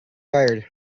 tired